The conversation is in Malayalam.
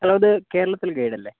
ഹലോ ഇത് കേരളത്തിലെ ഗൈഡ് അല്ലേ